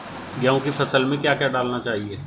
गेहूँ की फसल में क्या क्या डालना चाहिए?